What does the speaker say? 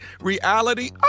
Reality